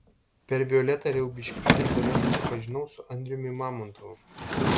per violetą riaubiškytę tuomet susipažinau su andriumi mamontovu